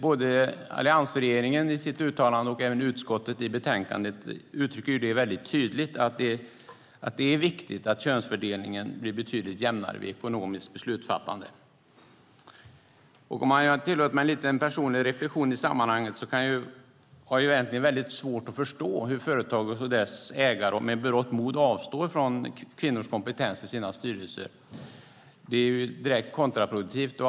Både alliansregeringen i sitt uttalande och utskottet i sitt betänkande uttrycker ju väldigt tydligt att det är viktigt att könsfördelningen blir betydligt jämnare vid ekonomiskt beslutsfattande. Om jag tillåter mig en lite personlig reflexion i sammanhanget kan jag säga att det är väldigt svårt att förstå hur företag och deras ägare med berått mod avstår från kvinnors kompetens i sina styrelser. Det är ju direkt kontraproduktivt.